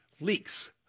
Leaks